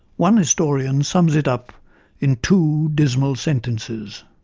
one historian sums it up in two dismal sentences